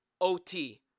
OT